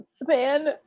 Man